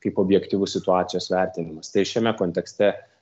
kaip objektyvus situacijos vertinimas tai šiame kontekste